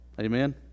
Amen